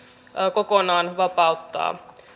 kokonaan vapauttaa